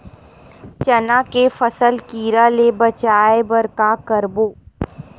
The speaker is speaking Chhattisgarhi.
चना के फसल कीरा ले बचाय बर का करबो?